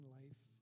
life